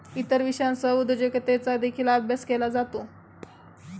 इतर विषयांसह उद्योजकतेचा देखील अभ्यास केला जातो